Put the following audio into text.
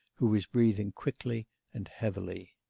who was breathing quickly and heavily.